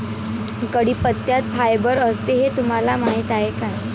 कढीपत्त्यात फायबर असते हे तुम्हाला माहीत आहे का?